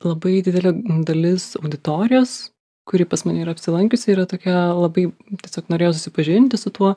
labai didelė dalis auditorijos kuri pas mane yra apsilankiusi yra tokia labai tiesiog norėjo susipažinti su tuo